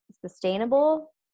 sustainable